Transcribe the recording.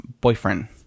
boyfriend